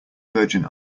virgin